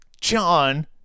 John